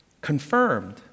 confirmed